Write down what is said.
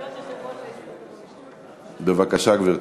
בבקשה, גברתי.